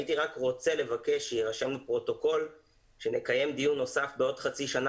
הייתי רוצה לבקש שיירשם לפרוטוקול שנקיים דיון נוסף בעוד חצי שנה